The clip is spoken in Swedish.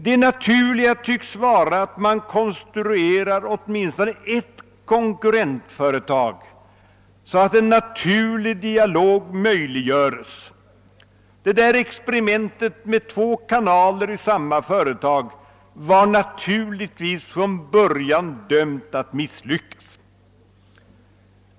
Det mest näraliggande tycks vara att man konstruerar åtminstone ett konkurrentföretag så att en naturlig dialog möjliggöres — experimentet med två kanaler i samma företag var ju från början dömt att misslyckas.